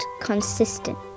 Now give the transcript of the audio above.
consistent